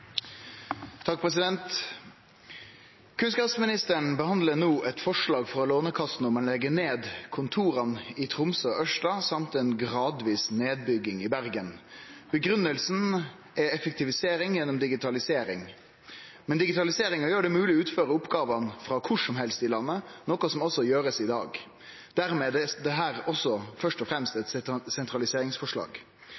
behandler nå et forslag fra Lånekassen om å legge ned kontorene i Tromsø og Ørsta, samt en gradvis nedbygging i Bergen. Begrunnelsen er effektivisering gjennom digitalisering. Men digitaliseringen gjør det mulig å utføre oppgavene fra hvor som helst i landet, noe som også gjøres i dag. Dermed er dette først og fremst